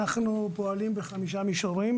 אנחנו פועלים בחמישה מישורים,